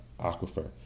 aquifer